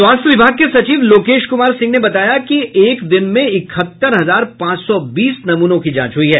स्वास्थ्य विभाग के सचिव लोकेश कुमार सिंह ने बताया कि एक दिन में इकहत्तर हजार पांच सौ बीस नमूनों की जांच हुई है